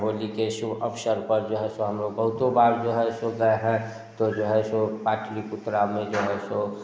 होली के शुभ अवसर पर जो है सो हम लोग बहुतों बार जो है सो गए हैं तो जो है सो पाटलीपुत्र में जो है सो